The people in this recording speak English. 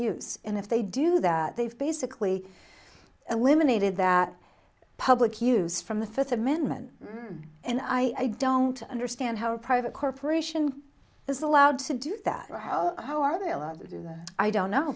use and if they do that they've basically eliminated that public use from the fifth amendment and i don't understand how a private corporation is allowed to do that or how how are they allowed to do that i don't know